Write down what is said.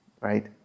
Right